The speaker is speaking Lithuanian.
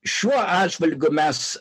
šiuo atžvilgiu mes